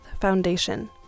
Foundation